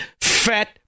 fat